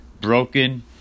broken